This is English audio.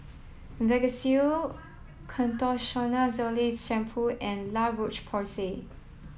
Vagisil Ketoconazole Shampoo and La Roche Porsay